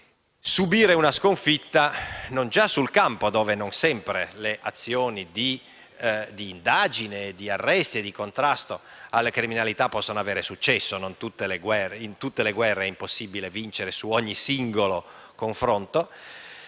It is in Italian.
subire una sconfitta non già sul campo, dove non sempre le azioni di indagine, di arresto e di contrasto alla criminalità possono avere successo (in tutte le guerre è impossibile vincere su ogni singolo confronto),